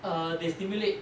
err they stimulate